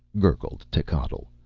gurgled techotl,